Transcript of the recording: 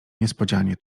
niespodzianie